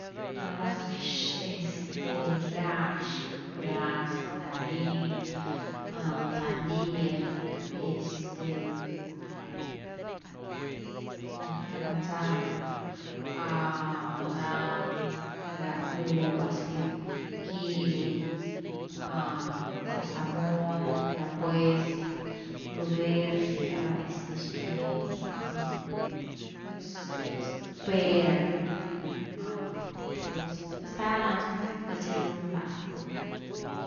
Ra nax, este ndrax, duraz, mandarin, sandia, este ra manzan, ra-ra uvas gy, kiwi, zarzamora, frambueza, blueberry rni raba, este xilani pues, pera, pues stal nani queity si ru rnalaz diani.